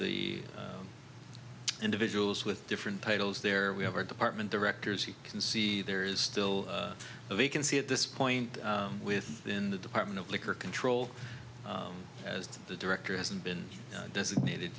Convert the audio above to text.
the individuals with different titles there we have our department directors he can see there is still a vacancy at this point with in the department of liquor control as the director hasn't been designated